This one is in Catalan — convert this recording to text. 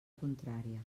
contrària